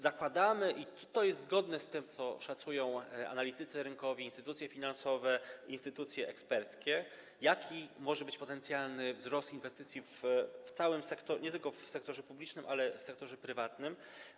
Zakładamy - i to jest zgodne z tym, co szacują analitycy rynkowi, instytucje finansowe, instytucje eksperckie - jaki może być potencjalny wzrost inwestycji nie tylko w sektorze publicznym, ale i w sektorze prywatnym.